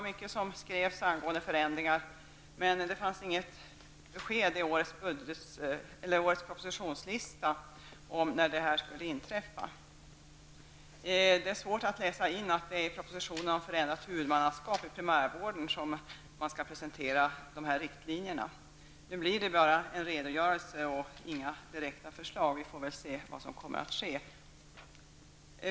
Mycket skrevs angående förändringar, men inget besked gavs i årets propositionslista om när detta skulle inträffa. Det är svårt att läsa in att det är i propositionen om förändrat huvudmannaskap i primärvården som dessa riktlinjer skall presenteras. Nu blir det bara en redogörelse och inga direkta förslag. Vi får väl se vad som kommer att ske.